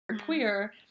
queer